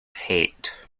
hate